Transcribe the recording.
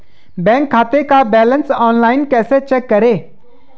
Bank खाते का balance online कैसे चेक करें?